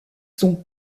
sont